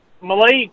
Malik